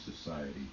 society